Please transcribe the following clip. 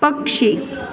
पक्षी